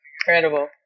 incredible